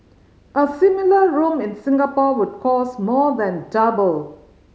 a similar room in Singapore would cost more than double